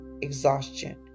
exhaustion